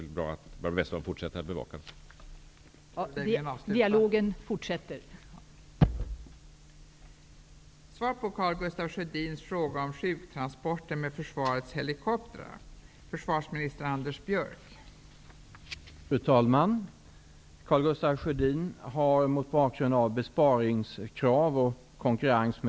Det är bra om Barbro Westerholm fortsätter att bevaka dessa frågor.